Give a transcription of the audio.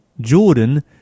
jordan